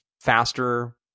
faster